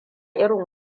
irin